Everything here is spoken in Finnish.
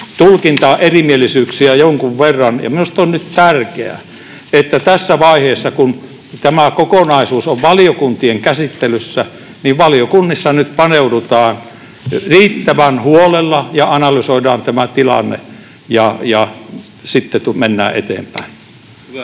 tulkintaerimielisyyksiä jonkun verran, ja minusta on nyt tärkeää, että tässä vaiheessa, kun tämä kokonaisuus on valiokuntien käsittelyssä, valiokunnissa nyt paneudutaan riittävän huolella ja analysoidaan tämä tilanne ja sitten mennään eteenpäin.